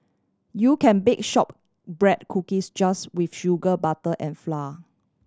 you can bake shortbread cookies just with sugar butter and flour